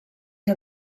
que